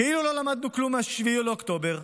כאילו לא למדנו כלום מ-7 באוקטובר.